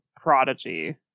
prodigy